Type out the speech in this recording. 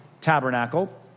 tabernacle